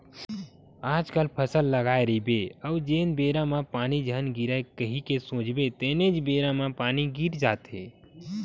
आजकल फसल लगाए रहिबे अउ जेन बेरा म पानी झन गिरय कही के सोचबे तेनेच बेरा म पानी गिर जाथे